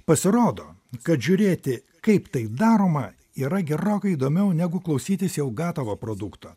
pasirodo kad žiūrėti kaip tai daroma yra gerokai įdomiau negu klausytis jau gatavo produkto